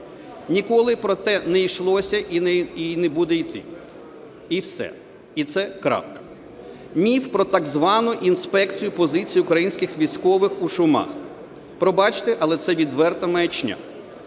Ніколи про те не йшлося і не буде йти. І все, і це крапка. Міф про так звану інспекцію позицій українських військових у Шумах. Пробачте, але це відверта маячня.